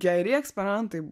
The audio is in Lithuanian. geri eksperimentai